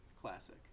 classic